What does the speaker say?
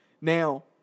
Now